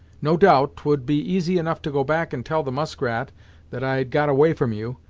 no doubt, twould be easy enough to go back and tell the muskrat that i had got away from you,